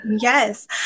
Yes